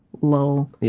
low